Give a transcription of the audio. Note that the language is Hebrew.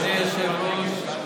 אדוני היושב-ראש,